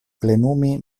plenumi